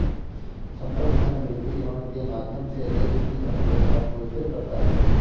संप्रभु धन विविधीकरण के माध्यम से देश की अर्थव्यवस्था को स्थिर करता है